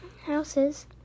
houses